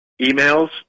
emails